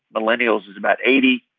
millennials is about eighty.